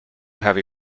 heavy